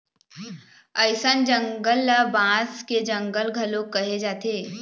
अइसन जंगल ल बांस के जंगल घलोक कहे जाथे